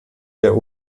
der